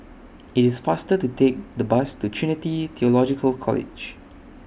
IT IS faster to Take The Bus to Trinity Theological College